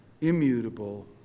immutable